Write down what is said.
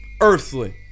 earthly